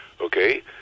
okay